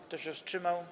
Kto się wstrzymał?